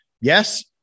Yes